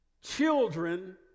children